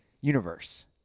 Universe